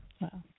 Wow